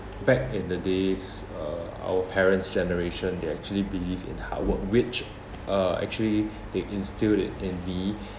back in the days uh our parents' generation they actually believe in hard work which uh actually they instilled it in me